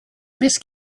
miss